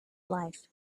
life